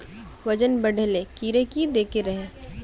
वजन बढे ले कीड़े की देके रहे?